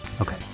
Okay